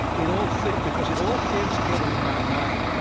it all fit because it all came together in my mind.